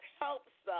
helps